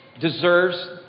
deserves